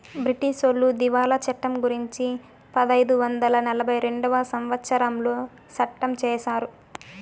బ్రిటీసోళ్లు దివాళా చట్టం గురుంచి పదైదు వందల నలభై రెండవ సంవచ్చరంలో సట్టం చేశారు